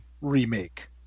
remake